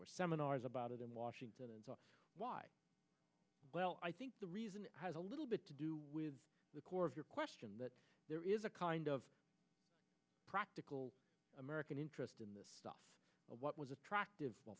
were seminars about it in washington and so why well i think the reason has a little bit to do with the core of your question that there is a kind of practical american interest in this stuff what was attractive